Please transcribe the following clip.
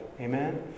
Amen